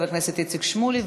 חבר הכנסת איציק שמולי,